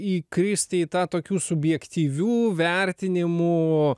įkristi į tą tokių subjektyvių vertinimų